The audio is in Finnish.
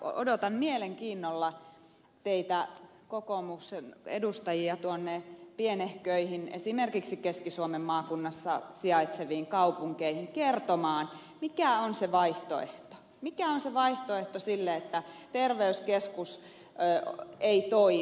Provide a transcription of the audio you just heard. odotan mielenkiinnolla teitä kokoomuksen edustajia tuonne pienehköihin esimerkiksi keski suomen maakunnassa sijaitseviin kaupunkeihin kertomaan mikä on se vaihtoehto mikä on se vaihtoehto sille että terveyskeskus ei toimi